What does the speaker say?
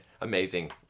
Amazing